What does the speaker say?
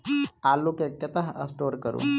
आलु केँ कतह स्टोर करू?